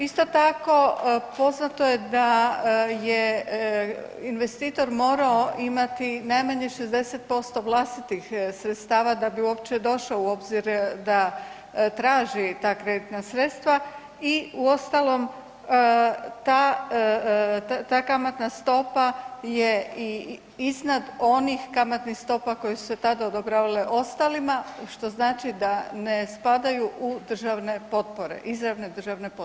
Isto tako poznato je da je investitor morao imati najmanje 60% vlastitih sredstava da bi uopće došao u obzir da traži takva sredstva i uostalom ta, ta kamatna stopa je i iznad onih kamatnih stopa koje su se tada odobravale ostalima, što znači da ne spadaju u državne potpore, izravne državne potpore.